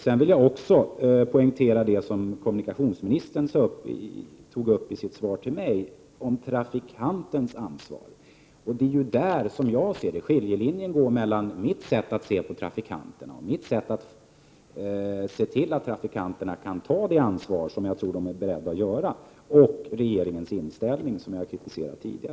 Jag vill också poängtera det som kommunikationsministern tog upp i sitt svar till mig, nämligen trafikantens ansvar. Det är där som skiljelinjen går, som jag ser det, mellan mitt sätt att se på trafikanterna och det ansvar som jag tror att de är beredda att ta och regeringens inställning, som jag tidigare har kritiserat. Jag menar att vi kan ha vilka regler som helst, men det spelar ingen Kommunikationsministern gör frågan om trafikpoliser till en resursfråga.